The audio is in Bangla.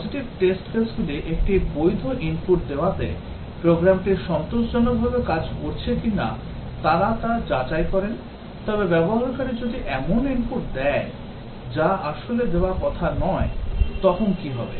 Positive test case গুলি একটি বৈধ ইনপুট দেওয়াতেপ্রোগ্রামটি সন্তোষজনকভাবে কাজ করছে কিনা তারা তা যাচাই করেন তবে ব্যবহারকারী যদি এমন input দেয় যা আসলে দেওয়ার কথা নয় তখন কি হবে